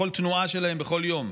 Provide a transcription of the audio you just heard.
בכל תנועה שלהם בכל יום.